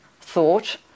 thought